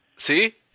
See